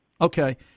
Okay